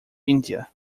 india